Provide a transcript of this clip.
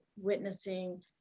witnessing